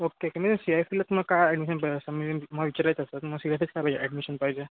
okay की मी C I F ला मग काय ॲडमिशन पाहिजे असं मी असं विचारायचं असतं मग सी आ फीचं काय पाहिजे ॲडमिशन पाहिजे